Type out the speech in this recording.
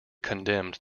condemned